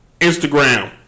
Instagram